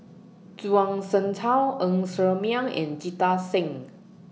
Zhuang Shengtao Ng Ser Miang and Jita Singh